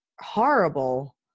horrible